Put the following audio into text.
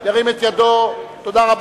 תודה.